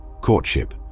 Courtship